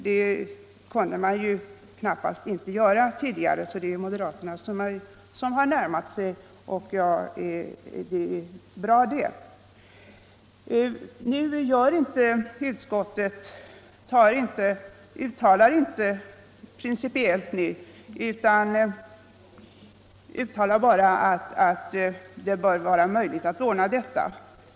Det kunde de knappast göra tidigare, så moderaterna har närmat sig vår uppfattning, och det är bra. Utskottet gör nu inte något principiellt uttalande utan anför endast att det bör vara möjligt att upplåta tomtmark på olika sätt.